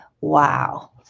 Wow